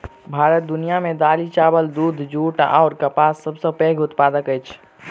भारत दुनिया मे दालि, चाबल, दूध, जूट अऔर कपासक सबसे पैघ उत्पादक अछि